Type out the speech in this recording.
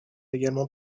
également